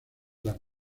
las